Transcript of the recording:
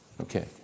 Okay